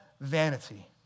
vanity